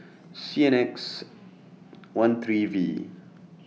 C N X one three V